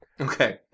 Okay